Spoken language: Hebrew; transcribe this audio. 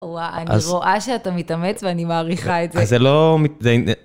וואי, אני רואה שאתה מתאמץ ואני מעריכה את זה. אז זה לא...